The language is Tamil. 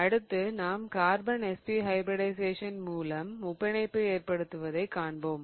அடுத்து நாம் கார்பன் sp ஹைபிரிடிஷயேசன் மூலம் முப்பிணைப்பு ஏற்படுத்துவதை காண்போம்